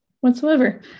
whatsoever